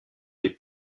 les